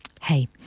hey